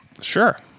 sure